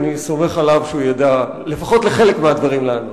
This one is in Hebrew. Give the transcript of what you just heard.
ואני סומך עליו שהוא ידע לפחות לחלק מהדברים לענות.